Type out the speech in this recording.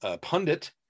pundit